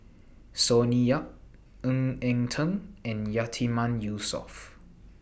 Sonny Yap Ng Eng Teng and Yatiman Yusof